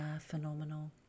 phenomenal